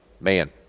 man